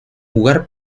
jugar